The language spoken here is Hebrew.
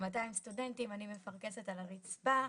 200 סטודנטים, אני מפרכסת על הרצפה.